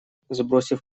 сбросив